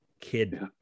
kid